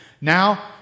Now